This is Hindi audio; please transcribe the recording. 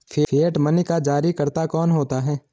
फिएट मनी का जारीकर्ता कौन होता है?